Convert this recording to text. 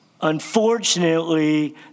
Unfortunately